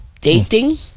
Dating